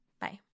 Bye